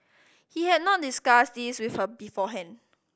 he had not discussed this with her beforehand